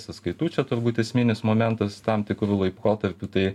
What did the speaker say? sąskaitų čia turbūt esminis momentas tam tikru laikotarpiu tai